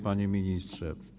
Panie Ministrze!